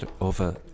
over